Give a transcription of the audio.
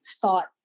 thought